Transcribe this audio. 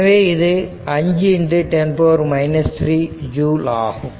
எனவே இது 5×10 3 ஜூல் ஆகும்